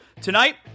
Tonight